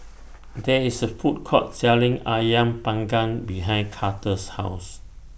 There IS A Food Court Selling Ayam Panggang behind Carter's House